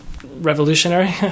revolutionary